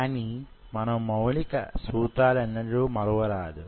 కానీ మనం మౌలిక సూత్రాలనెన్నడూ మరువరాదు